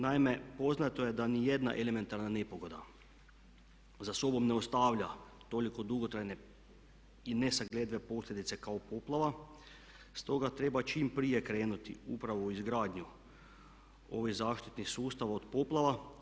Naime, poznato je da ni jedna elementarna nepogoda za sobom ne ostavlja toliko dugotrajne i nesagledive posljedice kao poplava, stoga treba čim prije krenuti upravo u izgradnju ovih zaštitnih sustava od poplava.